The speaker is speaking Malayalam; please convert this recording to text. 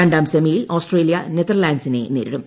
രണ്ടാം സെമിയിൽ ഓസ്ട്രേലിയ നെതർലാന്റ്സിനെ നേരിടും